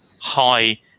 high